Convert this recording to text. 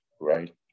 right